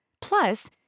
Plus